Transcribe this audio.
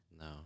No